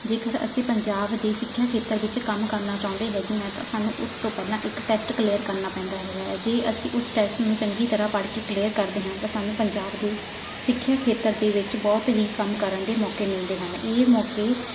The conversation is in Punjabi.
ਜੇਕਰ ਅਸੀਂ ਪੰਜਾਬ ਦੇ ਸਿੱਖਿਆ ਖੇਤਰ ਵਿੱਚ ਕੰਮ ਕਰਨਾ ਚਾਹੁੰਦੇ ਹੈਗੇ ਹਾਂ ਤਾਂ ਸਾਨੂੰ ਉਸ ਤੋਂ ਪਹਿਲਾਂ ਇੱਕ ਟੈਸਟ ਕਲੀਅਰ ਕਰਨਾ ਪੈਂਦਾ ਹੈਗਾ ਹੈ ਜੇ ਅਸੀਂ ਉਸ ਟੈਸਟ ਨੂੰ ਚੰਗੀ ਤਰ੍ਹਾਂ ਪੜ੍ਹ ਕੇ ਕਲੀਅਰ ਕਰਦੇ ਹਾਂ ਤਾਂ ਸਾਨੂੰ ਪੰਜਾਬ ਦੇ ਸਿੱਖਿਆ ਖੇਤਰ ਦੇ ਵਿੱਚ ਬਹੁਤ ਹੀ ਕੰਮ ਕਰਨ ਦੇ ਮੌਕੇ ਮਿਲਦੇ ਹਨ ਇਹ ਮੌਕੇ